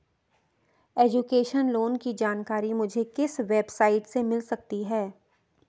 Education loan की जानकारी मुझे किस वेबसाइट से मिल सकती है?